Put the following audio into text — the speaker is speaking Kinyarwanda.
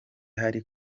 hari